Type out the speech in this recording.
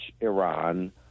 Iran